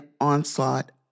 onslaught